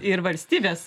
ir valstybės